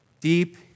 deep